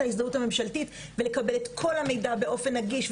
ההזדהות הממשלתית ולקבל את כל המידע באופן נגיש,